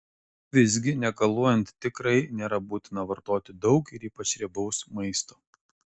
visgi negaluojant tikrai nėra būtina vartoti daug ir ypač riebaus maisto